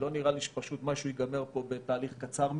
לא נראה לי שמשהו ייגמר פה בתהליך קצר מזה.